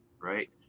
Right